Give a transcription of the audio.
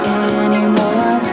anymore